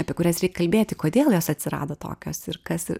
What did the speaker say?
apie kurias reik kalbėti kodėl jos atsirado tokios ir kas